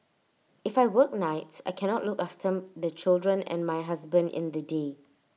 if I work nights I cannot look after the children and my husband in the day